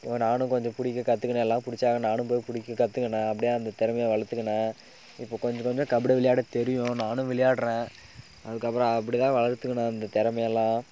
நானும் கொஞ்சம் பிடிக்க கற்றுக்கின எல்லாம் பிடிச்சாங்க நானும் போய் பிடிக்க கற்றுக்கின அப்படியே அந்த திறமையை வளர்த்துக்கின இப்போது கொஞ்சம் கொஞ்சம் கபடி விளையாட தெரியும் நானும் விளையாடுறேன் அதுக்கப்புறம் அப்படிதான் வளர்த்துக்கின அந்த திறமையெல்லாம்